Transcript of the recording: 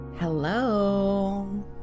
Hello